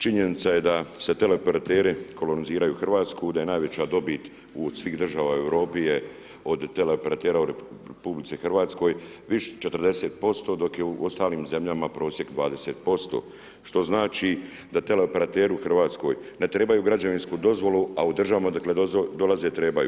Činjenica je da se tele operateri koloniziraju u RH, da je najveća dobit od svih država u Europi je od tele operatera u RH viša 40%, dok je u ostalim zemljama prosjek 20%, što znači da tele operateri u RH ne trebaju građevinsku dozvolu, a u državama odakle dolaze, trebaju.